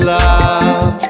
love